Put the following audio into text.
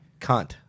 Cunt